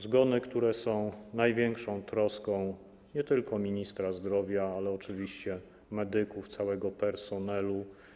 Zgony są największą troską nie tylko ministra zdrowia, ale też oczywiście medyków, całego personelu.